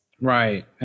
Right